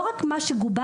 לא רק מה שגובש,